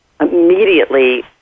immediately